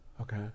Okay